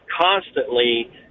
constantly